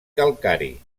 calcari